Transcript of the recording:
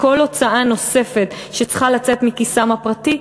כל הוצאה נוספת שצריכה לצאת מכיסם הפרטי,